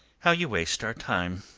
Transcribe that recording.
how you waste our time.